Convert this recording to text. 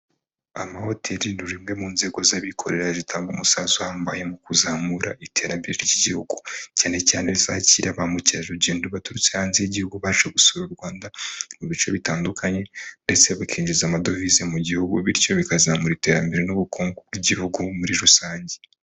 Amahoteli ni rumwe mu nzego z'abikorera zitanga umusanzu uhambaye mu kuzamura iterambere ry'igihugu, cyane cyane zakira ba mukerarugendo baturutse hanze y'igihugu baje gusura u Rwanda mu bice bitandukanye ndetse bakinjiza amadovize mu gihugu, bityo bikazamura iterambere n'ubukungu bw'igihugu muri rusange.